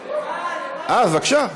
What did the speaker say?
לא, אז בבקשה.